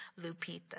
Lupita